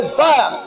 fire